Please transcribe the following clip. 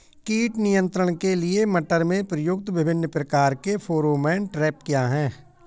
कीट नियंत्रण के लिए मटर में प्रयुक्त विभिन्न प्रकार के फेरोमोन ट्रैप क्या है?